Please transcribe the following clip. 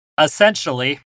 essentially